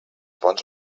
bons